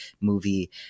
movie